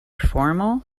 formal